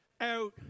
out